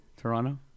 Toronto